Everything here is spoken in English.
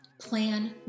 plan